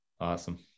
Awesome